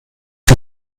sie